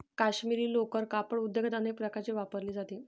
काश्मिरी लोकर कापड उद्योगात अनेक प्रकारे वापरली जाते